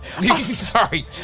Sorry